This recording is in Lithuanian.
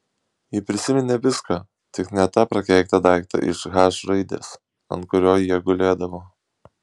ji prisiminė viską tik ne tą prakeiktą daiktą iš h raidės ant kurio jie gulėdavo